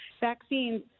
Vaccines